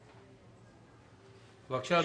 בבקשה, אדוני.